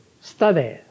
study